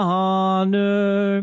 honor